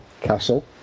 Castle